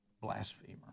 blasphemer